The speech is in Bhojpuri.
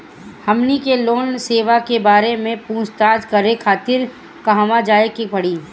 हमनी के लोन सेबा के बारे में पूछताछ करे खातिर कहवा जाए के पड़ी?